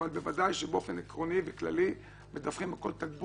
אבל בוודאי שבאופן עקרוני וכללי מדווחים על כל תקבול,